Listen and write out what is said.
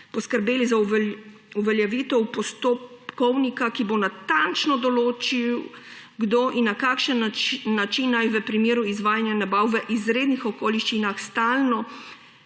poskrbeti za uveljavitev postopkovnika, ki bo natančno določil, kdo in na kakšen način naj v primeru izvajanja nabav v izrednih okoliščinah stalno